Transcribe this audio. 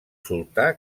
sultà